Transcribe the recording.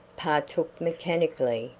partook mechanically,